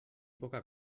poca